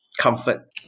comfort